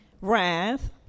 Wrath